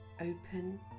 Open